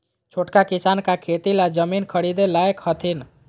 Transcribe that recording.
छोटका किसान का खेती ला जमीन ख़रीदे लायक हथीन?